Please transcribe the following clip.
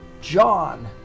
John